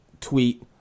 tweet